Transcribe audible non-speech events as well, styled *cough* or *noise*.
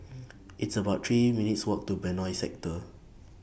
*noise* It's about three minutes' Walk to Benoi Sector